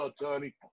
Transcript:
attorney